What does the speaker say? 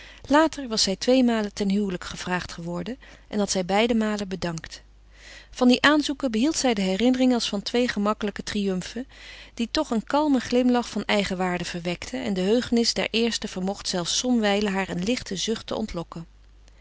later was zij tweemalen ten huwelijk gevraagd geworden en had zij beide malen bedankt van die aanzoeken behield zij de herinnering als van twee gemakkelijke triumfen die toch een kalmen glimlach van eigenwaarde verwekten en de heugenis der eersten vermocht zelfs somwijlen haar een lichten zucht te ontlokken